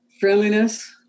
friendliness